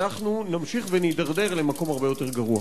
אנחנו נמשיך ונידרדר למקום הרבה יותר גרוע.